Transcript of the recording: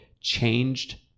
changed